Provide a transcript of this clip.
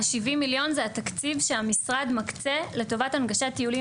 המיליון זה התקציב שהמשרד מקצה לטובת הנגשת טיולים